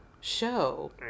show